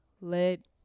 let